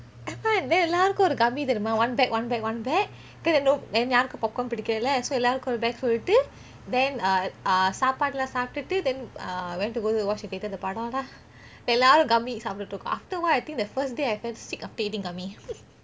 then எல்லாருக்கும் ஒரு:ellarukum oru gummy தெரியுமா:theriyuma one bag one bag one bag because no~ then யாருக்கும்:yaarukum popcorn பிடிக்கல்லே:pidikaleh so எல்லாருக்கும் ஒரு:ellerukum oru bag சொல்லிட்டு:sollitu then uh uh சாப்பாடு எல்லாம் சாப்டுட்டு:saapadu ellam saaptutu then uh went to go watch the theatre lah the படம்:padam lah எல்லாரும்:ellarum gummy சாப்பிட்டு இருக்கோம்:saaptutu irukom then after awhile I think the first day I felt sick after eating gummy